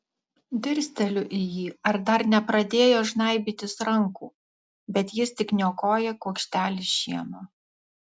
dirsteliu į jį ar dar nepradėjo žnaibytis rankų bet jis tik niokoja kuokštelį šieno